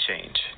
change